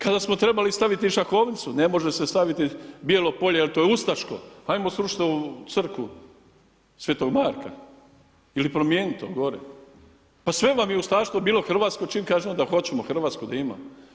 Kada smo trebali staviti šahovnicu, ne može se staviti bijelo polje jer to je ustaško, ajmo srušit ovu crkvu Sv.Marka ili promijenit to gore, pa sve vam je ustaštvo bilo hrvatsko čim kažemo da hoćemo Hrvatsku da imamo.